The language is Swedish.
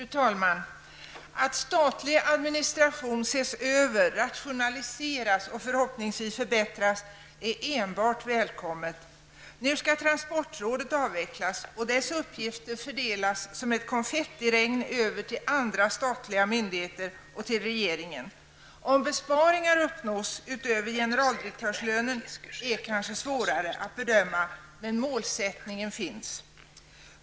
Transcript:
Fru talman! Att statlig administration ses över, rationaliseras och förhoppningsvis förbättras är enbart välkommet. Nu skall transportrådet avvecklas och dess uppgifter fördelas som ett konfettiregn över till andra statliga myndigheter och till regeringen. Om besparingar uppnås utöver generaldirektörslönen är kanske svårare att bedöma, men målsättningen finns.